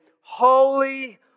holy